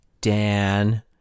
Dan